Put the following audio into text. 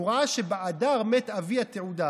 הוא ראה ש"באדר מת אבי התעודה".